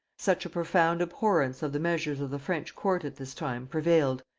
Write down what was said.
such a profound abhorrence of the measures of the french court at this time prevailed,